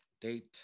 date